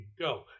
go